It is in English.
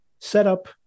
setup